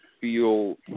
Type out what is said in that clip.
feel